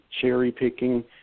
cherry-picking